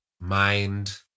Mind